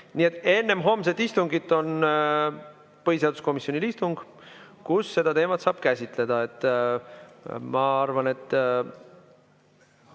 Nii et enne homset istungit on põhiseaduskomisjoni istung, kus seda teemat saab käsitleda. Ma arvan, et